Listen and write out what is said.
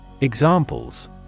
Examples